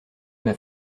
m’a